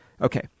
Okay